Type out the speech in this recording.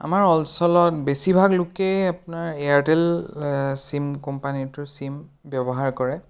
আমাৰ অঞ্চলত বেছিভাগ লোকে আপোনাৰ এয়াৰটেল ছিম কোম্পানীটোৰ ছিম ব্যৱহাৰ কৰে